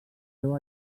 seu